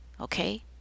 okay